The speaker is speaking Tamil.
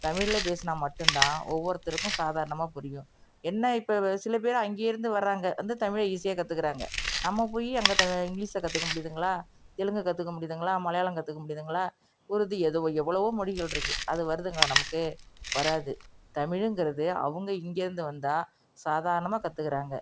தமிழில் பேசினா மட்டும்தான் ஒவ்வொருத்தருக்கும் சாதாரணமாக புரியும் என்ன இப்போ சில பேர் அங்கேயிருந்து வர்றாங்க வந்து தமிழை ஈஸியாக கற்றுக்கிறாங்க நம்ம போய் அங்க த இங்கிலீஷை கற்றுக்க முடியுதுங்களா தெலுங்கு கற்றுக்க முடியுதுங்களா மலையாளம் கற்றுக்க முடியுதுங்களா உருது எதோ எவ்வளோ மொழிகள் இருக்குது அது வருதுங்களா நமக்கு வராது தமிழுங்கிறது அவங்க இங்கேயிருந்து வந்தால் சாதாரணமாக கற்றுக்குறாங்க